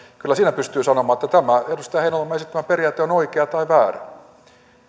kyllä siinä pystyy sanomaan että tämä edustaja heinäluoman esittämä periaate on oikea tai väärä